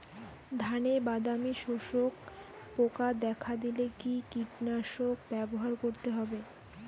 ধানে বাদামি শোষক পোকা দেখা দিলে কি কীটনাশক ব্যবহার করতে হবে?